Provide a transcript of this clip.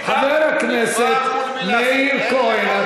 חבר הכנסת מאיר כהן,